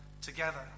together